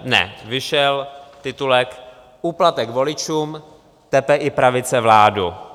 Ne, vyšel titulek Úplatek voličům, tepe i pravice vládu.